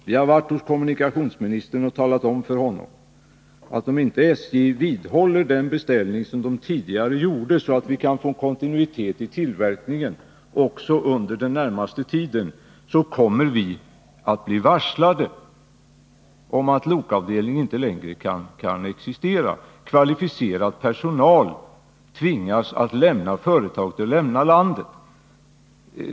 De har varit hos kommunikationsministern och talat om för denne att om SJ inte vidhåller den beställning som SJ tidigare gjort, så att företaget får kontinuitet i sin tillverkning också under den närmaste tiden, kommer de att bli varslade om att lokavdelningen inte längre kan existera. Kvalificerad personal tvingas då lämna företaget och vårt land.